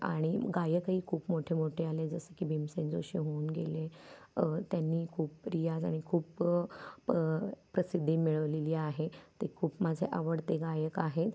आणि गायकही खूप मोठे मोठे आले जसं की भीमसेन जोशी होऊन गेले त्यांनी खूप रियाज आणि खूप प्रसिद्धी मिळवलेली आहे ते खूप माझे आवडते गायक आहेत